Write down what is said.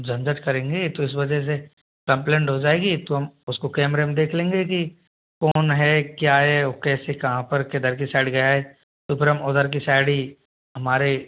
झंझट करेंगे तो इस वजह से कंप्लेंट हो जाएगी तो हम उसको कैमरे में देख लेंगे कि कौन है क्या है वो कैसे कहाँ पर किधर की साइड गया है तो फिर उधर की साइड ही हमारे